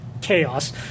chaos